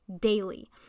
daily